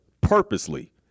purposely